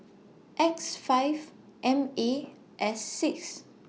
X five M A S six